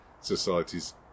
societies